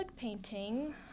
painting